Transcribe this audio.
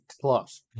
plus